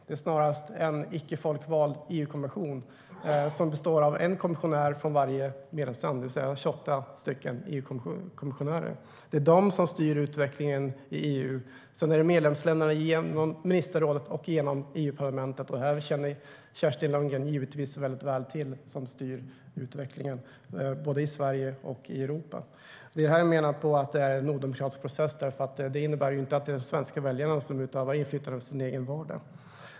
Det är snarast en icke folkvald EU-kommission som består av en kommissionär från varje medlemsland, det vill säga 28 stycken EU-kommissionärer, som styr utvecklingen i EU. Sedan är det medlemsländerna genom ministerrådet och genom EU-parlamentet. Detta känner Kerstin Lundgren givetvis väldigt väl till. Det är så här utvecklingen styrs i både Sverige och Europa. Jag menar att detta är en odemokratisk process, för det innebär att det inte är de svenska väljarna som utövar inflytande över sin egen vardag.